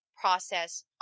process